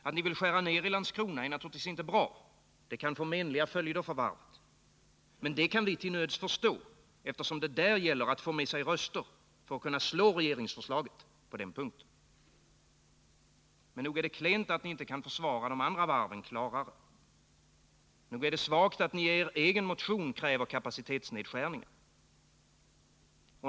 Att ni vill skära ner i Landskrona är naturligtvis inte bra. Det kan få menliga följder för varvet. Men det kan vi till nöds förstå, eftersom det där gäller att få med sig röster för att kunna slå regeringsförslaget på den punkten. Men nog är det klent att ni inte kan försvara de andra varven klarare. Nog är det svagt att ni i er egen motion kräver kapacitetsnedskärningar.